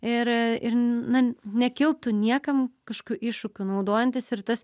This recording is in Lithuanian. ir ir na nekiltų niekam kažkokių iššūkių naudojantis ir tas